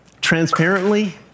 transparently